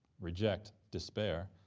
reject, despair,